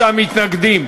46 מתנגדים,